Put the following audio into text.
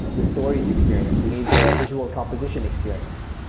the stories experience. we need the visual composition experience.